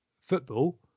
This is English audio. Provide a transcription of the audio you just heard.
football